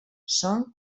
son